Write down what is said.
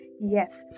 Yes